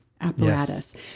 apparatus